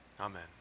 Amen